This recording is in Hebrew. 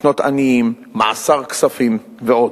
מתנות עניים, מעשר כספים ועוד.